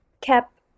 kept